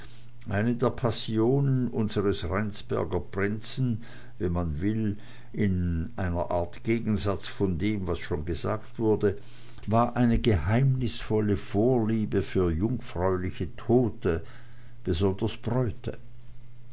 eine der passionen unsers rheinsberger prinzen wenn man will in einer art gegensatz von dem was schon gesagt wurde war eine geheimnisvolle vorliebe für jungfräuliche tote besonders bräute